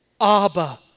Abba